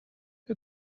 who